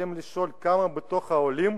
אבל אם נשאל כמה מתוך העולים